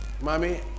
Mommy